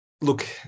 look